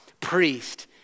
priest